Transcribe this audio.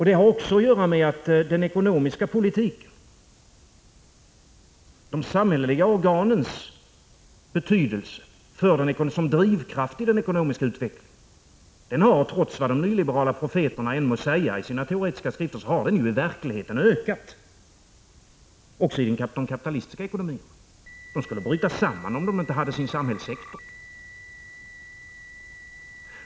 Det har också att göra med den ekonomiska politikens, de samhälleliga organens, betydelse som drivkraft i den ekonomiska utvecklingen. Vad de nyliberala profeterna än må säga i sina teoretiska skrifter har den i verkligheten ökat, också i de kapitalistiska ekonomierna. Dessa skulle bryta samman, om de inte hade sin samhällssektor.